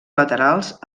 laterals